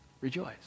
Rejoice